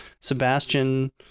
Sebastian